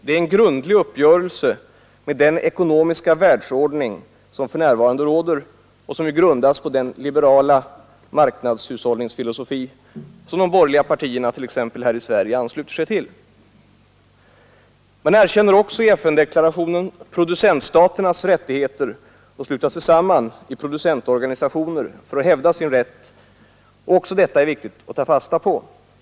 Det är en grundlig uppgörelse med den ekonomiska världsordning som för närvarande råder och som ju grundats på den liberala marknadshushållningsfilosofi som de borgerliga partierna t.ex. här i Sverige ansluter sig till. Man erkänner också i FN-deklarationen producentstaternas rätt att sluta sig samman i producentorganisationer för att tillvarata sina intressen. Även detta är viktigt att ta fasta på.